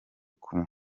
kumwe